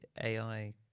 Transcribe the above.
AI